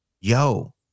yo